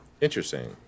Interesting